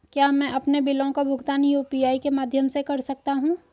क्या मैं अपने बिलों का भुगतान यू.पी.आई के माध्यम से कर सकता हूँ?